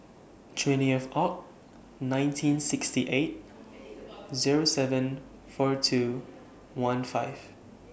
twentieth Oct nineteen sixty eight Zero seven four two one five